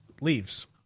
leaves